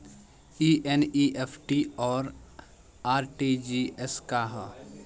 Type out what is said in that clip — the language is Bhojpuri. ई एन.ई.एफ.टी और आर.टी.जी.एस का ह?